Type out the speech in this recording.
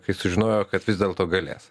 kai sužinojo kad vis dėlto galės